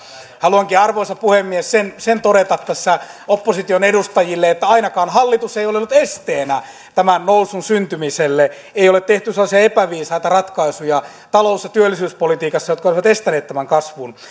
haluankin arvoisa puhemies sen sen todeta tässä opposition edustajille että ainakaan hallitus ei ole ollut esteenä tämän nousun syntymiselle ei ole tehty sellaisia epäviisaita ratkaisuja talous ja työllisyyspolitiikassa jotka olisivat estäneet tämän kasvun tällä hetkellä